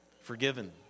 forgiven